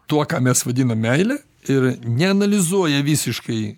tuo ką mes vadinam meile ir neanalizuoja visiškai